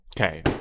Okay